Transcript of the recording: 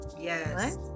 yes